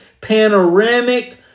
panoramic